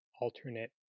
alternate